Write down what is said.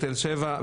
בתל שבע,